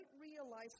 realize